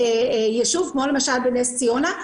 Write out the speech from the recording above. ביישוב כמו למשל בנס ציונה.